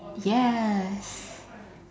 yes